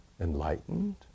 enlightened